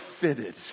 fitted